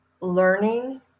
learning